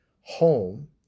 home